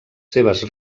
seves